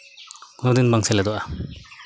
ᱠᱳᱱᱳ ᱫᱤᱱ ᱵᱟᱝ ᱥᱮᱞᱮᱫᱚᱜᱼᱟ